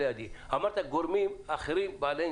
באו ב-2016 עם תקנות רפורמה,